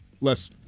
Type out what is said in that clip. less